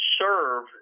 serve